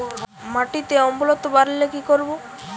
মাটিতে অম্লত্ব বাড়লে কি করব?